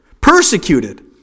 persecuted